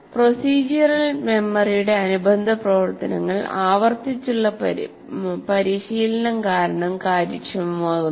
procedural മെമ്മറിയുടെ അനുബന്ധ പ്രവർത്തനങ്ങൾ ആവർത്തിച്ചുള്ള പരിശീലനം കാരണം കാര്യക്ഷമമാകുന്നു